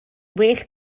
well